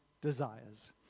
desires